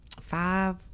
five